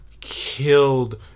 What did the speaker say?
killed